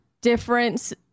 difference